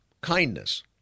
Kindness